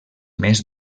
mes